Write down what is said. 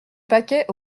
paquet